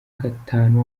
gatanu